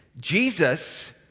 Jesus